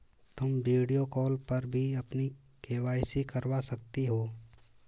तुम video call पर भी अपनी के.वाई.सी करवा सकती हो